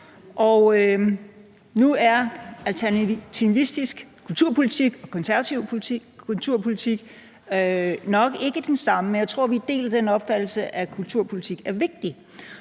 Nu er alternativistisk kulturpolitik og konservativ kulturpolitik nok ikke det samme, men jeg tror, vi deler den opfattelse, at kulturpolitik er vigtigt.